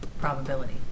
probability